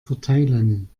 verteilen